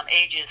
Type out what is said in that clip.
ages